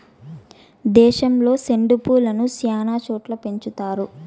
దేశంలో సెండు పూలను శ్యానా చోట్ల పెంచుతారు